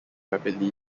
rapidly